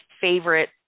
favorite